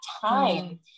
time